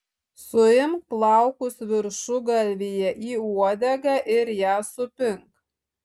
suimk plaukus viršugalvyje į uodegą ir ją supink